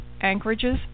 anchorages